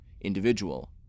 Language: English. individual